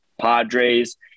Padres